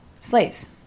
slaves